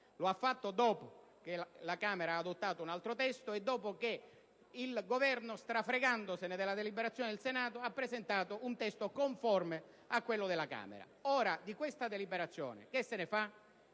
lo ha fatto dopo che la Camera ha adottato un altro testo e dopo che il Governo, strafregandosene della deliberazione del Senato, ha presentato un testo conforme a quello della Camera. La domanda quindi è molto